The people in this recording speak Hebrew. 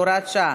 הוראת שעה)